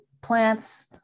plants